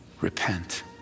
repent